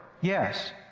Yes